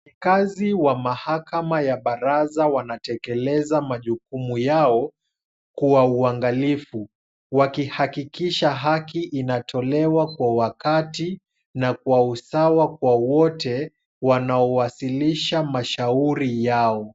Wafanyikazi wa mahakama ya baraza wanatekeleza majukumu yao kwa uangalifu, wakihakikisha haki inatolewa kwa wakati na kwa usawa kwa wote wanaowasilisha mashauri yao.